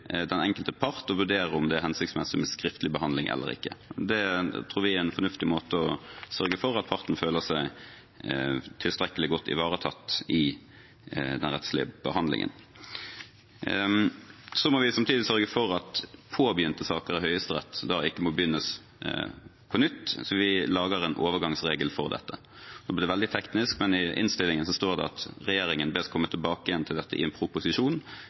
den enkelte part å vurdere om det er hensiktsmessig med skriftlig behandling eller ikke. Det tror vi er en fornuftig måte å sørge for at partene føler seg tilstrekkelig godt ivaretatt i den rettslige behandlingen. Vi må samtidig sørge for at påbegynte saker i Høyesterett ikke må påbegynnes på nytt, så vi lager en overgangsregel for dette. Nå blir det veldig teknisk, men i innstillingen står det at regjeringen bes komme tilbake igjen til dette i en proposisjon.